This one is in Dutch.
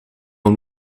een